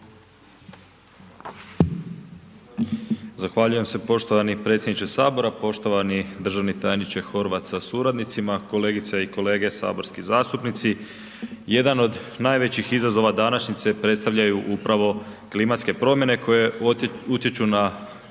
Zahvaljujem se poštovani predsjedniče sabora. Poštovani državni tajniče Horvat sa suradnicima, kolegice i kolege saborski zastupnici jedan od najvećih izazova današnjice predstavljaju upravo klimatske promjene koje utječu na